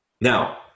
Now